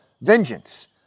vengeance